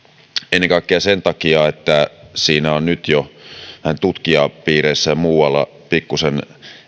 ennen kaikkea sen takia että siitä on jo nyt tutkijapiireissä ja muualla pikkusen